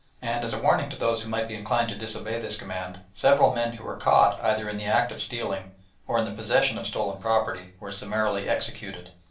and, as a warning to those who might be inclined to disobey this command, several men who were caught either in the act of stealing or in the possession of stolen property were summarily executed.